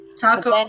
Taco